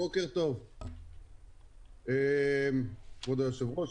בוקר טוב, אדוני היושב-ראש,